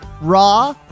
Raw